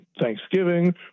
Thanksgiving